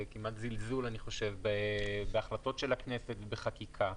כמעט זלזול של החלטות של הכנסת בחקיקה.